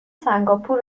سنگاپور